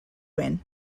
wynn